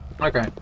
Okay